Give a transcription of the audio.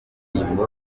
indirimbo